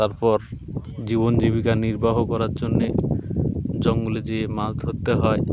তারপর জীবন জীবিকা নির্বাহ করার জন্যে জঙ্গলে গিয়ে মাছ ধরতে হয়